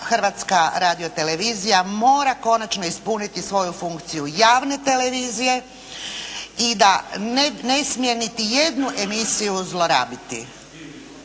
Hrvatska radio-televizija mora konačno ispuniti svoju funkciju javne televizije i da ne smije niti jednu emisiju zlorabiti,